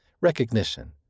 recognition